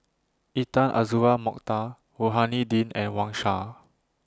Intan Azura Mokhtar Rohani Din and Wang Sha